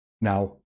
Now